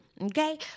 Okay